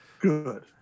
Good